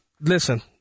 listen